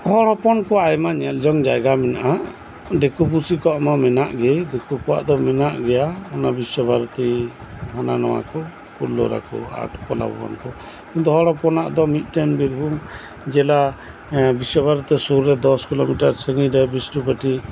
ᱦᱚᱲ ᱦᱚᱯᱚᱱ ᱠᱚᱣᱟᱜ ᱟᱭᱢᱟ ᱧᱮᱞᱡᱚᱝ ᱡᱟᱭᱜᱟ ᱢᱮᱱᱟᱜᱼᱟ ᱫᱤᱠᱩ ᱯᱩᱥᱤ ᱠᱚᱣᱟᱜ ᱢᱟ ᱢᱮᱱᱟᱜ ᱜᱤ ᱫᱮᱠᱩ ᱠᱚᱣᱟᱜ ᱫᱚ ᱢᱮᱱᱟᱜ ᱜᱮᱭᱟ ᱚᱱᱟ ᱵᱤᱥᱥᱚ ᱵᱷᱟᱨᱚᱛᱤ ᱦᱟᱱᱟ ᱱᱟᱣᱟᱠᱩ ᱯᱷᱩᱞᱞᱚᱨᱟᱠᱩ ᱟᱨᱴ ᱠᱚᱞᱟ ᱵᱷᱚᱵᱚᱱ ᱠᱩ ᱟᱫᱚ ᱦᱚᱲ ᱦᱚᱯᱚᱱᱟᱜ ᱫᱚ ᱢᱤᱫᱴᱮᱱ ᱵᱤᱨᱵᱷᱩᱢ ᱡᱮᱞᱟ ᱦᱮᱸ ᱵᱤᱥᱥᱚ ᱵᱷᱟᱨᱚᱛᱤ ᱥᱩᱨ ᱨᱮ ᱫᱚᱥ ᱠᱤᱞᱚᱢᱤᱴᱟᱨ ᱥᱟᱹᱜᱤᱧ ᱨᱮ ᱵᱤᱥᱱᱩ ᱯᱟᱴᱤ